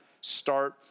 start